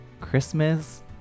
Christmas